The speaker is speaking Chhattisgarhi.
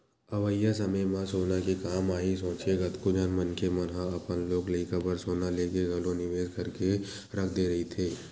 अवइया समे म सोना के काम आही सोचके कतको झन मनखे मन ह अपन लोग लइका बर सोना लेके घलो निवेस करके रख दे रहिथे